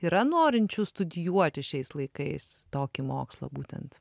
yra norinčių studijuoti šiais laikais tokį mokslą būtent